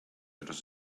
dros